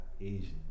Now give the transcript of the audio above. Asian